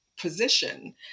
position